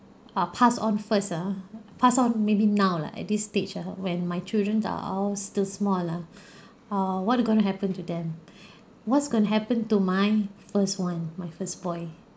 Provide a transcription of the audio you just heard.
uh pass on first ah pass on maybe now lah at this stage ah when my children are all still too small ah err what will going to happen to them what's going happen to my first one my first boy